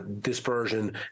dispersion